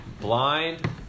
blind